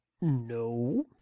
No